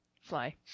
fly